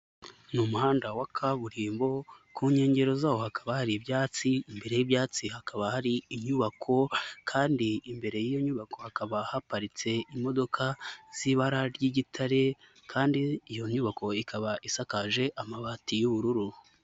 Ni umuhanda wa kaburimbo, ku nkengero zawo hakaba hari ibyatsi, imbere y'ibyatsi hakaba hari inyubako kandi imbere y'iyo nyubako hakaba haparitse imodoka z'ibara ry'igitare kandi iyo nyubako ikaba isakaje amabati y'ubururu.